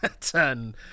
turn